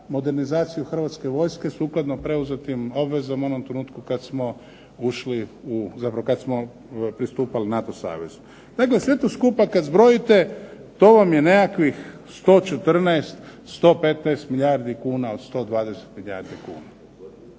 modernizaciju Hrvatske vojske sukladno preuzetim obvezama u onom trenutku kad smo ušli u, zapravo kad smo pristupali NATO savezu. Dakle, sve to skupa kad zbrojite to vam je nekakvih 114, 115 milijardi kuna od 120 milijardi kuna.